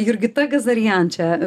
jurgita gazarian čia